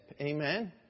Amen